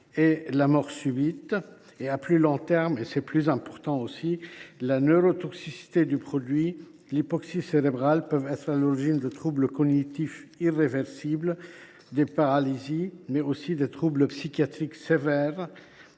et une mort subite. À plus long terme – il est très important également de le souligner –, la neurotoxicité du produit et l’hypoxie cérébrale peuvent être à l’origine de troubles cognitifs irréversibles, de paralysies, mais aussi de troubles psychiatriques sévères